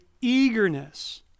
eagerness